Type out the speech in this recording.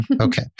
Okay